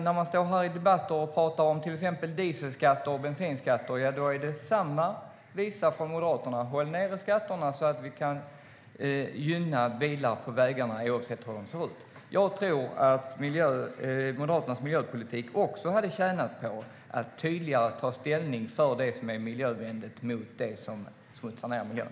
När man står här i debatter och pratar om till exempel dieselskatter och bensinskatter, ja, då är det samma visa från Moderaterna: Håll nere skatterna så att vi kan gynna bilar på vägarna oavsett hur de ser ut! Jag tror att Moderaternas miljöpolitik också hade tjänat på att tydligare ta ställning för det som är miljövänligt, mot det som smutsar ned miljön.